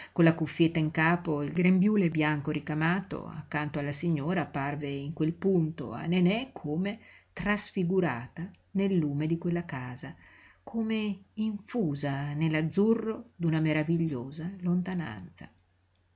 con la cuffietta in capo e il grembiule bianco ricamato accanto alla signora apparve in quel punto a nenè come trasfigurata nel lume di quella casa come infusa nell'azzurro d'una meravigliosa lontananza